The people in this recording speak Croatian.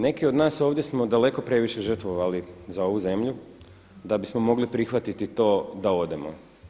Neki od nas smo daleko previše žrtvovali za ovu zemlju da bismo mogli prihvatiti to da odemo.